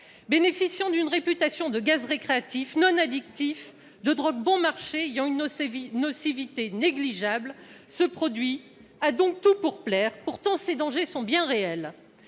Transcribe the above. Bénéficiant d'une réputation de gaz récréatif non addictif, de drogue bon marché ayant une nocivité négligeable, ce produit a donc tout pour plaire ! Pourtant, ses dangers sont bien réels.